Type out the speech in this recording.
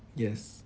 yes